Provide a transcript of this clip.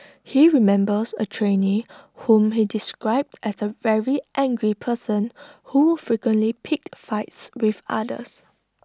he remembers A trainee whom he described as A very angry person who frequently picked fights with others